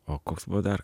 o koks buvo dar